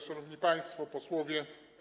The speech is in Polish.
Szanowni Państwo Posłowie!